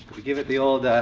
we give it the old